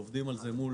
אנחנו עובדים על זה מול